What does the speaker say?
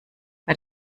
bei